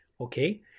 Okay